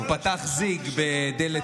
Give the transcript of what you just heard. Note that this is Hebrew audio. הוא פתח "זיג" בדלת